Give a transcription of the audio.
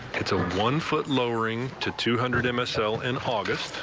it's a one-foot lowering to two hundred and msl in august.